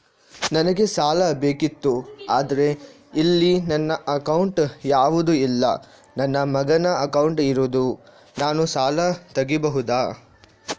ನನಗೆ ಸಾಲ ಬೇಕಿತ್ತು ಆದ್ರೆ ಇಲ್ಲಿ ನನ್ನ ಅಕೌಂಟ್ ಯಾವುದು ಇಲ್ಲ, ನನ್ನ ಮಗನ ಅಕೌಂಟ್ ಇರುದು, ನಾನು ಸಾಲ ತೆಗಿಬಹುದಾ?